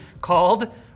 called